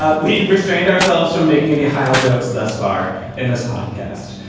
ah we restrained ourselves from making any hale jokes thus far in this podcast.